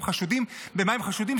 במה הם חשודים?